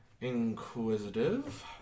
inquisitive